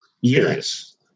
Yes